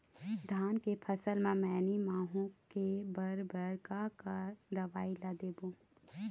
धान के फसल म मैनी माहो के बर बर का का दवई ला देबो?